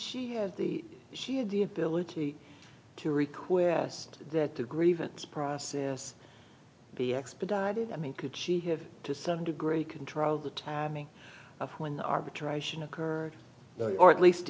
the she had the ability to request that the grievance process be expedited i mean could she have to some degree control the timing of when arbitration occurred or at least